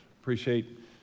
appreciate